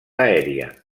aèria